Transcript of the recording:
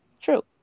True